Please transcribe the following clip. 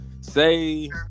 say